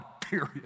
period